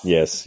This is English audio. Yes